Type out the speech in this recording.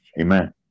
amen